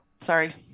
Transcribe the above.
Sorry